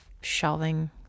shelving